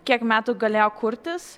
kiek metų galėjo kurtis